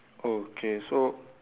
oh okay so